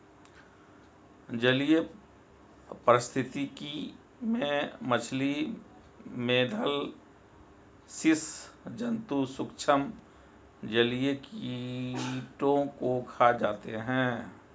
जलीय पारिस्थितिकी में मछली, मेधल स्सि जन्तु सूक्ष्म जलीय कीटों को खा जाते हैं